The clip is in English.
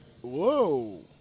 Whoa